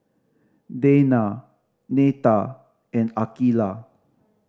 Dayna Neta and Akeelah